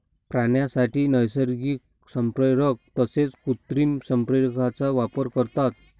प्राण्यांसाठी नैसर्गिक संप्रेरक तसेच कृत्रिम संप्रेरकांचा वापर करतात